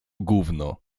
gówno